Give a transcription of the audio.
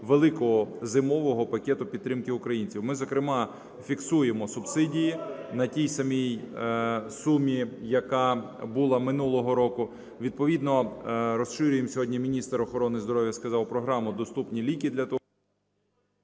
великого зимового пакету підтримки українців. Ми, зокрема, фіксуємо субсидії на тій самій сумі, яка була минулого року. Відповідно розширюємо – сьогодні міністр охорони здоров'я сказав, - програму "Доступні ліки" для… ГОЛОВУЮЧИЙ.